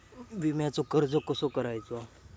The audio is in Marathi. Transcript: विम्याक अर्ज कसो करायचो?